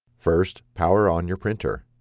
first, power on your printer.